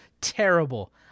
terrible